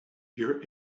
your